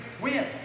win